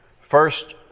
First